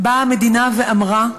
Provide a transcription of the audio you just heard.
באה המדינה ואמרה: